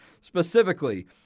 specifically